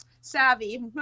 savvy